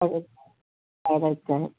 हो हो थायरॉईडच आहे